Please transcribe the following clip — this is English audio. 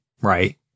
right